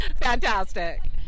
Fantastic